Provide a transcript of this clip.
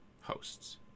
hosts